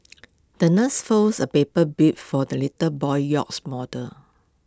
the nurse folds A paper be for the little boy's yacht model